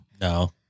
No